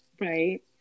Right